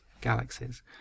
galaxies